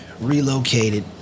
relocated